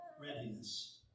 readiness